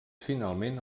finalment